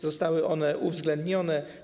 Zostały one uwzględnione.